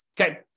Okay